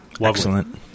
Excellent